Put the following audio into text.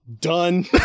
Done